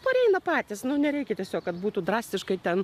pareina patys nu nereikia tiesiog kad būtų drastiškai ten